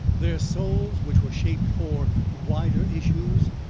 their souls, which were shaped for wider issues,